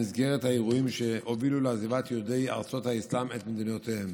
במסגרת האירועים שהובילו לעזיבת יהודי ארצות האסלאם את מדינותיהם.